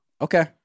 Okay